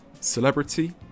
Celebrity